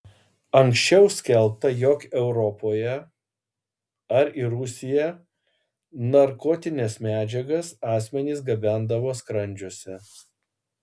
anksčiau skelbta jog europoje ar į rusiją narkotines medžiagas asmenys gabendavo skrandžiuose